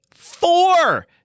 Four